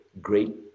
great